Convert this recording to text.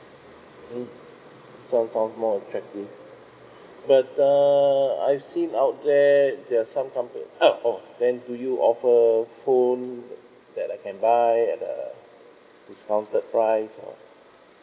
mm sounds sounds more attractive but uh I've seen out there're some compa~ uh oh then do you offer phone that I can buy at a discounted price or